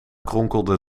kronkelde